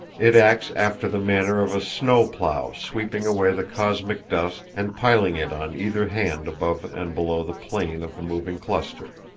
it acts after the manner of a snow-plough sweeping away the cosmic dust and piling it on either hand above and below the plane of the moving cluster.